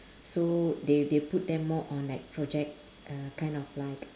so they they put them more on like project uh kind of like